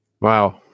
Wow